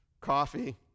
Coffee